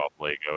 lego